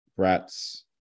Rats